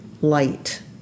light